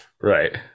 Right